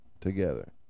together